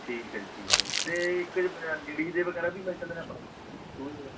ਠੀਕ ਹੈ ਜੀ ਠੀਕ ਹੈ ਅਤੇ ਇੱਕ ਲੇਡੀ ਦੇ ਵਗੈਰਾ ਵੀ ਮਿਲ ਜਾਂਦੇ ਨੇ ਆਪਣੇ ਕੋਲ ਸ਼ੂਜ਼ ਵਗੈਰਾ